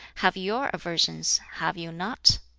have your aversions, have you not?